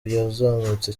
yazamutse